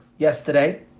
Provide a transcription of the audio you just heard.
yesterday